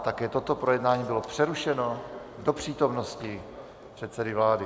Také toto projednání bylo přerušeno do přítomnosti předsedy vlády.